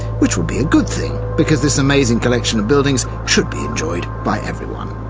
which would be a good thing, because this amazing collection of buildings should be enjoyed by everyone.